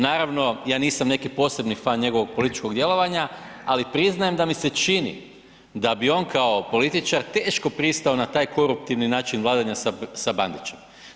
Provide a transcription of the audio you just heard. Naravno, ja nisam neki posebni fan njegovog političkog djelovanja, ali priznajem da mi se čini da bi on kao političar teško pristao na taj koruptivni način vladanja sa Bandićem.